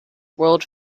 world